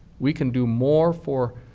we can do more for